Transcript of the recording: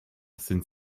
sind